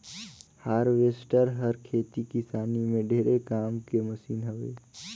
harvester हर खेती किसानी में ढेरे काम के मसीन हवे